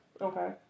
Okay